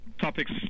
topics